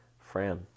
Fran